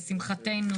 לשמחתנו,